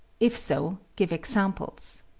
if so, give examples.